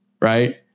right